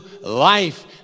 life